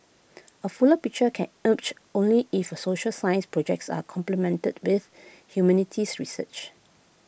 A fuller picture can urge only if social science projects are complemented with humanities research